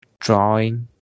drawing